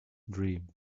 dream